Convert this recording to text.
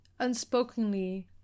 unspokenly